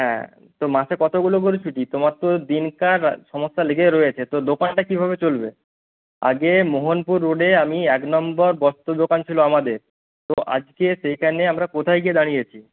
হ্যাঁ তো মাসে কতগুলো করে ছুটি তোমার তো দিনকার সমস্যা লেগেই রয়েছে তো দোকানটা কীভাবে চলবে আগে মোহনপুর রোডে আমি এক নম্বর বস্ত্র দোকান ছিল আমাদের তো আজকে সেইটা নিয়ে আমরা কোথায় গিয়ে দাঁড়িয়েছি